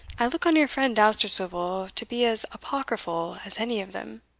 i look on your friend dousterswivel to be as apocryphal as any of them.